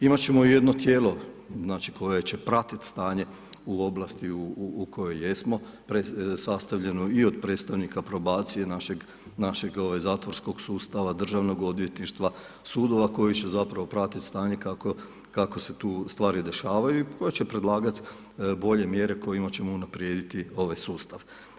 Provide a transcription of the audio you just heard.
Imat ćemo i jedno tijelo, znački koje će pratiti stanje u oblasti u kojoj jesmo, sastavljeno i on predstavnika probacije našeg zatvorskog sustava, državnog odvjetništva, sudova koji će zapravo pratiti stanje kako se tu stvari dešavaju, koji će predlagat bolje mjere kojima ćemo unaprijediti ovaj sustav.